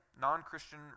non-Christian